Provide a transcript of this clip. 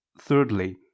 thirdly